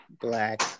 black